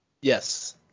Yes